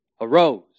Arose